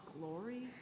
glory